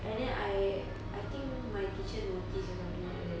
and then I I think my teacher noticed or something like that